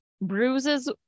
Bruises